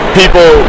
people